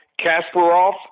Kasparov